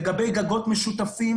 לגבי גגות משותפים